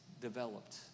developed